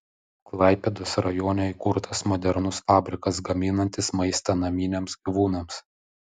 klaipėdos rajone įkurtas modernus fabrikas gaminantis maistą naminiams gyvūnams